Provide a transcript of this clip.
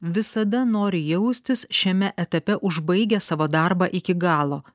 visada nori jaustis šiame etape užbaigia savo darbą iki galo